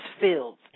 fields